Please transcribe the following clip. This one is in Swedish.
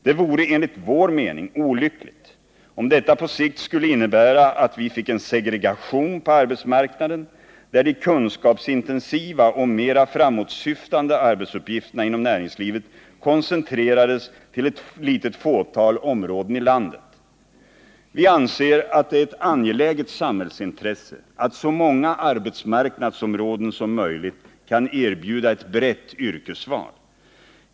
Det vore, enligt vår mening, olyckligt om detta på sikt skulle innebära att vi fick en segregation på arbetsmarknaden, där de kunskapsintensiva och mera framåtsyftande arbetsuppgifterna inom näringslivet koncentrerades till ett litet fåtal områden i landet. Vi anser att det är ett angeläget samhällsintresse att så många arbetsmarknadsområden som möjligt kan erbjuda ett brett yrkesval.